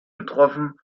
getroffen